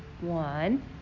One